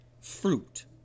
fruit